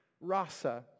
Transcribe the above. rasa